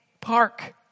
park